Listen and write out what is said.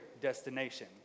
destination